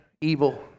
evil